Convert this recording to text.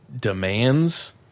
demands